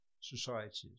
societies